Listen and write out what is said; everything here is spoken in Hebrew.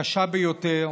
קשה ביותר,